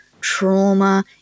trauma